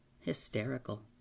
hysterical